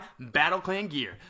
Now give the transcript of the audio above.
BattleClanGear